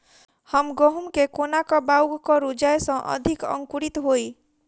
हम गहूम केँ कोना कऽ बाउग करू जयस अधिक अंकुरित होइ?